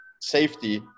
safety